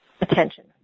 attention